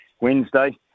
Wednesday